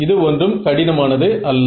இது ஒன்றும் கடினமானது அல்ல